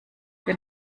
den